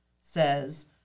says